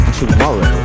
tomorrow